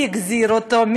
מי החזיר אותו?